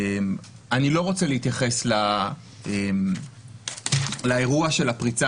אני לא רוצה להתייחס לאירוע של הפריצה